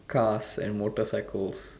cars and motorcycles